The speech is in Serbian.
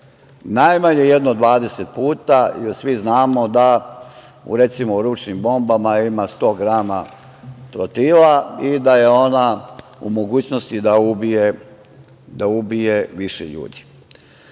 najmanje jedno 20 puta, jer svi znamo da recimo u ručnim bombama ima 100 grama trotila i da je ona u mogućnosti da ubije više ljudi. Ima